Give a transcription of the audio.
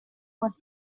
was